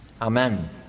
Amen